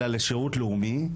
אלא לשירות לאומי,